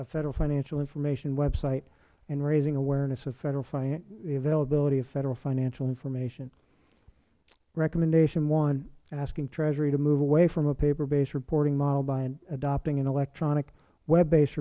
a federal financial information website and raising awareness of the availability of federal financial information recommendation one asking treasury to move away from a paper based reporting model by adopting an electronic web based